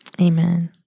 Amen